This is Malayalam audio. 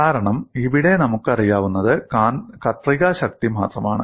കാരണം ഇവിടെ നമുക്കറിയാവുന്നത് കത്രിക ശക്തി മാത്രമാണ്